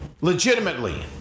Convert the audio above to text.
Legitimately